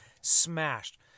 smashed